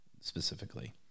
specifically